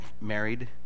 married